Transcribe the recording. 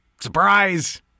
Surprise